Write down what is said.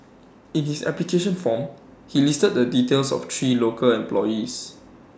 in his application form he listed the details of three local employees